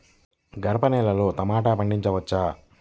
గరపనేలలో టమాటా పండించవచ్చా?